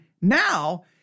now